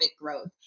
growth